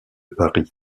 paris